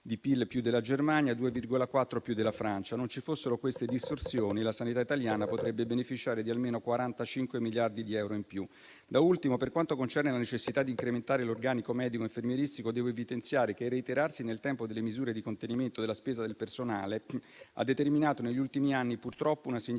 di PIL più della Germania e 2,4 più della Francia. Se non ci fossero queste distorsioni, la sanità italiana potrebbe beneficiare di almeno 45 miliardi di euro in più. Da ultimo, per quanto concerne la necessità di incrementare l'organico medico e infermieristico, devo evidenziare che purtroppo il reiterarsi nel tempo delle misure di contenimento della spesa per il personale ha determinato negli ultimi anni una significativa